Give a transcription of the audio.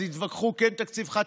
אז התווכחו כן תקציב חד-שנתי,